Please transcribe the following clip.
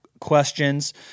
questions